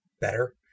better